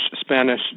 Spanish